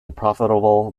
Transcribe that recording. profitable